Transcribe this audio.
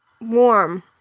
warm